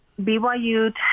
BYU